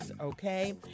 okay